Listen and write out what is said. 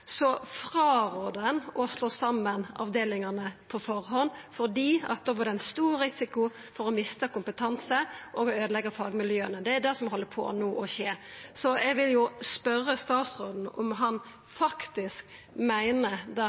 så rår ein frå å slå saman avdelingane på førehand fordi det då er ein stor risiko for å mista kompetanse og øydeleggja fagmiljøa. Det er det som no held på å skje. Så eg vil spørja statsråden om han faktisk meiner det